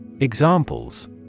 Examples